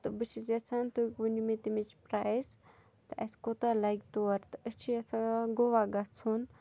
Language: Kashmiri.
تہٕ بہٕ چھَس یَژھان تُہۍ ؤنِو مےٚ تٔمِچ پرٛایس تہٕ اَسہِ کوتاہ لَگہِ تور تہٕ أسۍ چھِ یَژھان گوا گژھُن